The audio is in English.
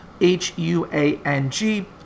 H-U-A-N-G